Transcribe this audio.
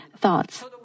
thoughts